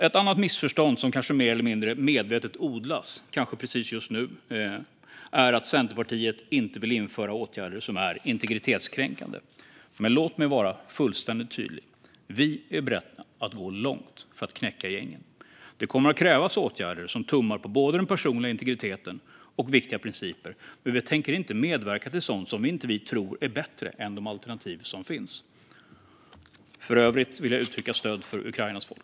Ett annat missförstånd som mer eller mindre medvetet odlas, kanske precis just nu, är att Centerpartiet inte vill införa åtgärder som är integritetskränkande. Men låt mig vara fullständigt tydlig: Vi är beredda att gå långt för att knäcka gängen. Det kommer att krävas åtgärder som tummar på både den personliga integriteten och viktiga principer. Men vi tänker inte medverka till sådant vi inte tror är bättre än de alternativ som finns. För övrigt vill jag uttrycka mitt stöd för Ukrainas folk.